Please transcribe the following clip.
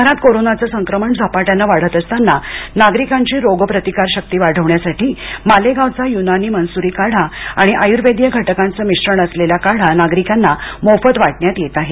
शहरात कोरोनाचं संक्रमण झपाट्यानं वाढत असताना नागरिकांची रोग प्रतिकारशक्ती वाढण्यासाठी मालेगावचा युनानी मन्सूरी काढा आणि आयुर्वेदीय घटकांच मिश्रण असलेला काढा नागरिकांना मोफत वाटण्यात येत आहे